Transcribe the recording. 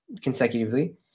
consecutively